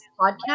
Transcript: podcast